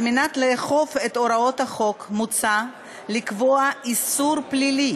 כדי לאכוף את הוראות החוק מוצע לקבוע איסור פלילי